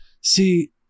see